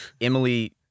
Emily